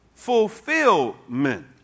Fulfillment